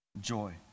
joy